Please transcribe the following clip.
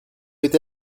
été